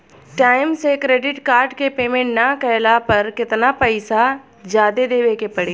Time से credit card के payment ना कैला पर केतना पईसा जादे देवे के पड़ी?